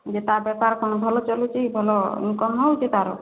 ଯେ ତା ବେପାର କ'ଣ ଭଲ ଚାଲୁଛି ଭଲ ଇନ୍କମ୍ ହେଉଛି ତା'ର